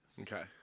Okay